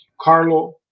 Carlo